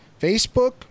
Facebook